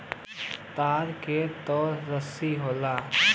तार के तरे रस्सी होला